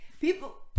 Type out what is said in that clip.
people